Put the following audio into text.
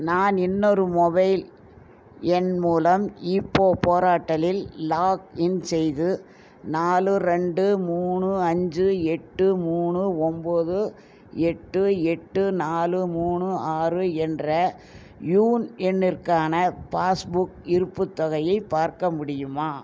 நான் இன்னொரு மொபைல் எண் மூலம் இபோ போர்ட்டலில் லாக்இன் செய்து நாலு ரெண்டு மூணு அஞ்சு எட்டு மூணு ஒம்பது எட்டு எட்டு நாலு மூணு ஆறு என்ற யூன் எண்ணிற்கான பாஸ் புக் இருப்புத் தொகையை பார்க்க முடியுமா